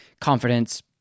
confidence